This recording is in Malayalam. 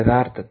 യഥാർത്ഥത്തിൽ